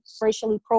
racially